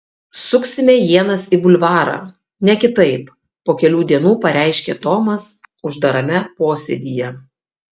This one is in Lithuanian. suksime ienas į bulvarą ne kitaip po kelių dienų pareiškė tomas uždarame posėdyje